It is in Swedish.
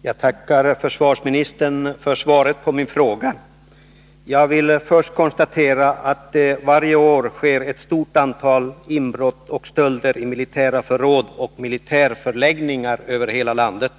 Herr talman! Jag tackar försvarsministern för svaret på min fråga. Jag vill först konstatera att det varje år sker ett stort antal inbrott och stölder i militära förråd och militära förläggningar över hela landet.